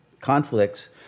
conflicts